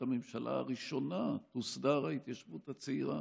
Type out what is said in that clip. הממשלה הראשונה תוסדר ההתיישבות הצעירה.